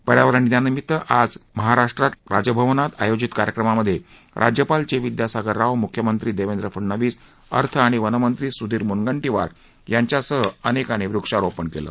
पर्यावरणनिमित्त आज राजभवनात आयोजित कार्यक्रमामधे राज्पाल चे विद्यासागर राव मुख्यमंत्री देवेंद्र फडणवीस अर्थ आणि वनमंत्री सुधीर मुंनगटीवार यांच्यासह अनेकानी वृक्षारोपण केलं